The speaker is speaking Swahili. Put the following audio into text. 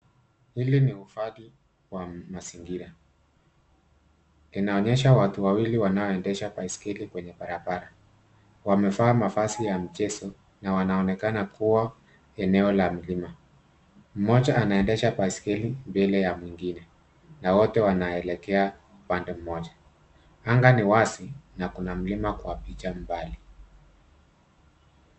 Hili ni uhifadhi wa mazingira, inaonyesha watu wawili wanaoendesha baiskeli kwenye barabara, wamevaa mavazi ya mchezo na wanaonekana kuwa eneo la mlima. Mmoja anaendesha baiskeli mbele ya mwengine na wote wanaelekea upande mmoja. Anga ni wazi na kuna mlima kwa picha mbali.